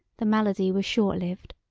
the malady was short-lived.